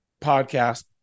podcast